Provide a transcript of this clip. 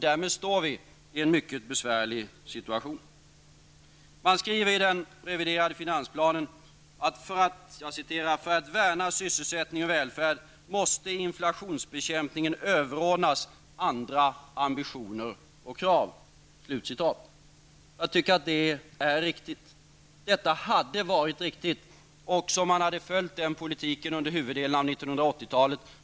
Därmed står vi i en mycket besvärlig situation. I den reviderade finansplanen står det att för att värna sysselsättningen och välfärd måste inflationsbekämpningen överordnas andra ambitioner och krav. Jag tycker att det är riktigt. Detta hade varit riktigt också om man hade följt den politiken under huvuddelen av 80-talet.